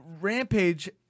Rampage